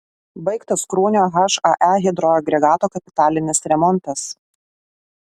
baigtas kruonio hae hidroagregato kapitalinis remontas